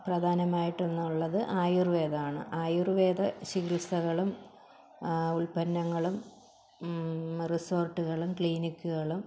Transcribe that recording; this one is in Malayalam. പ്രധാനമായിട്ടൊന്നുള്ളത് ആയുർവേദമാണ് ആയുർവേദം ചികിത്സകളും ഉൽപ്പന്നങ്ങളും റിസോർട്ടുകളും ക്ലിനിക്കുകളും